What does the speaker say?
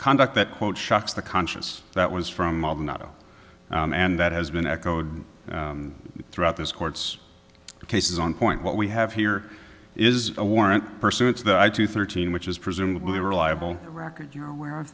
conduct that quote shocks the conscious that was from maldonado and that has been echoed throughout this court's cases on point what we have here is a warrant pursuits that i to thirteen which is presumably reliable record you know where i